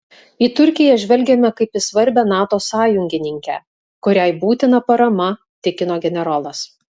į turkiją žvelgiame kaip į svarbią nato sąjungininkę kuriai būtina parama tikino generolas